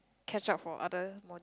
catch up for other mod